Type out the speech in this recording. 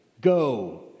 Go